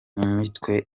n’imitwe